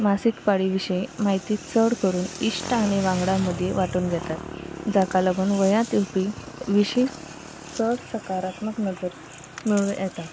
मासीक पाळी विशीं म्हायती चड करून इश्ट आनी वांगड्यां मदीं वांटून घेतात जाका लागून वयांत येवपी विशीं चड सकारात्मक नजर मेळूं येता